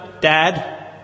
dad